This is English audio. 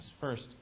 First